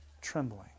trembling